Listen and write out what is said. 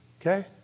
okay